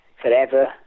forever